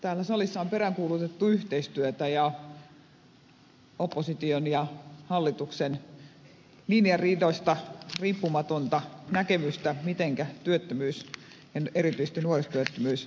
täällä salissa on peräänkuulutettu yhteistyötä ja opposition ja hallituksen linjariidoista riippumatonta näkemystä siitä mitenkä työttömyys ja erityisesti nuorisotyöttömyys hoidetaan